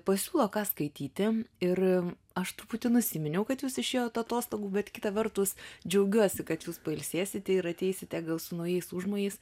pasiūlo ką skaityti ir aš truputį nusiminiau kad jūs išėjot atostogų bet kita vertus džiaugiuosi kad jūs pailsėsite ir ateisite gal su naujais užmojais